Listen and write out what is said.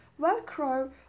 velcro